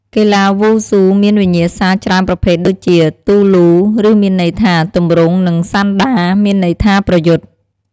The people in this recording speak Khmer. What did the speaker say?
កីឡាវ៉ូស៊ូមានវិញ្ញាសាច្រើនប្រភេទដូចជា ទូលូ ឬមានន័យថា ទម្រង់ និងសាន់ដា មានន័យថាប្រយុទ្ធ។